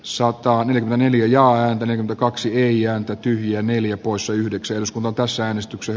saattaa niin hiljaa pelin kaksi iii antoi tyhjä neljä poissa yhdeksän skomantasäänestyksen